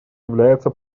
является